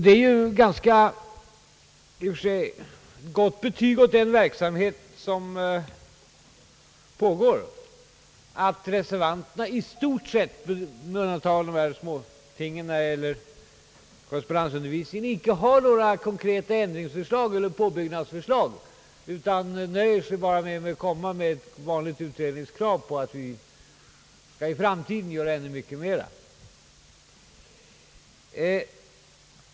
Det är ju i och för sig ett ganska gott betyg åt den verksamhet som pågår, att reservanterna i stort sett — med undantag för de här obetydligheterna i fråga om korrespondensundervisningen — inte har några konkreta ändringseller påbyggnadskrav utan nöjer sig med ett vanligt krav på utredning av frågan om vi i framtiden skall kunna göra ännu mera.